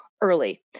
early